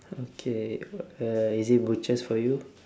okay uh is it butchers for you